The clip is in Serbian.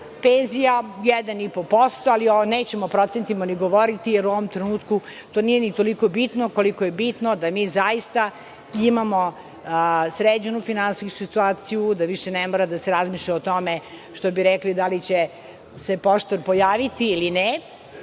penzija 1,5%, ali nećemo o procentima ni govoriti jer u ovom trenutku to nije ni toliko bitno koliko je bitno da mi zaista imamo sređenu finansijsku situaciju, da više ne mora da se razmišlja o tome, što bi rekli, da li će se poštar pojaviti ili ne.